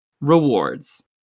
Rewards